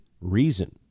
reason